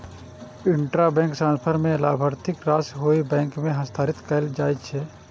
intrabank transfer मे लाभार्थीक राशि ओहि बैंक मे हस्तांतरित कैल जाइ छै